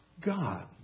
God